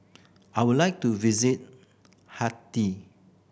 I would like to visit Haiti